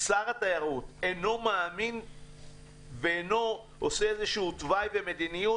שר התיירות אינו מאמין ואינו עושה תוואי ומדיניות,